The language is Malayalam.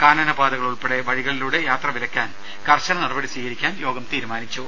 കാനനപാതകൾ ഉൾപ്പെടെ വഴികളിലൂടെ യാത്ര വിലക്കാൻ കർശന നടപടി സ്വീകരിക്കുവാൻ യോഗം തീരുമാനിച്ചു